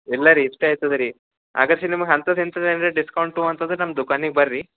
ಇಲ್ಲ ರೀ ಇಷ್ಟ ಐತದ ರೀ ಆಗರ್ಸ್ ನಿಮ್ಗ ಅಂಥದ್ ಎಂಥದ್ ಅಂದರೆ ಡಿಸ್ಕೌಂಟು ಅಂದರೆ ನಮ್ಮ ದುಖಾನಿಗ್ ಬರ್ರಿ